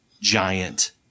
Giant